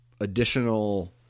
additional